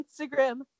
Instagram